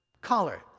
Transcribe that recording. collar